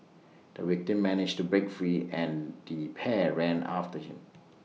the victim managed to break free and the pair ran after him